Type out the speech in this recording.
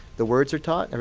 the words are taught. and